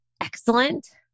excellent